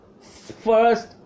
first